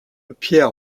pierre